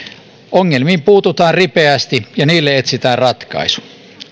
ongelmiin puututaan ripeästi ja niille etsitään ratkaisu